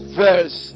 verse